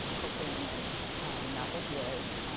cocaine and now opioids,